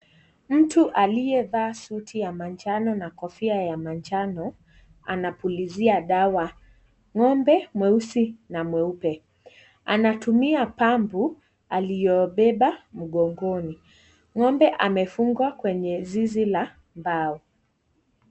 Mtu aliyevalia suti yenye rangi ya manjano na kofia ya manjano anapulizia dawa ng'ombe mweusi na mweupe, anatumia pumpu aliyobeba mgongoni, ng'ombe amefungwa kwenye zizi la mbao.